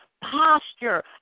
posture